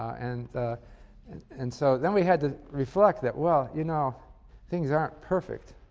and ah and so than we had to reflect that, well, you know things aren't perfect.